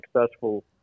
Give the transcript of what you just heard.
successful